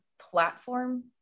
platform